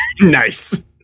Nice